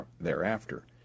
thereafter